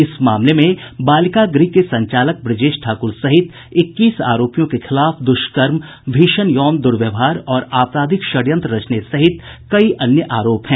इस मामले में बालिका गृह के संचालक ब्रजेश ठाकुर सहित इक्कीस आरोपियों के खिलाफ दुष्कर्म भीषण यौन दुर्व्यवहार और आपराधिक षड्यंत्र रचने सहित कई अन्य आरोप हैं